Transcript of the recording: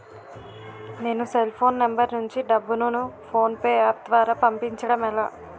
నేను cell phone number నుంచి డబ్బును ను ఫోన్పే అప్ ద్వారా పంపించడం ఎలా?